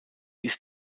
ist